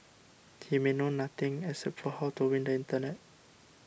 he may know nothing except for how to win the internet